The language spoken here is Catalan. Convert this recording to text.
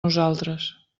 nosaltres